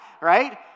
right